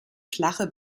flache